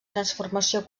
transformació